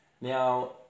now